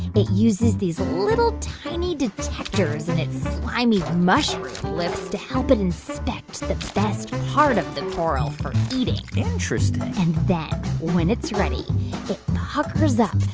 it uses these little tiny detectors in its slimy mushroom lips to help it inspect the best part of the coral for eating interesting and then when it's ready, it puckers up,